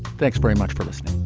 thanks very much for listening